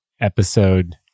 episode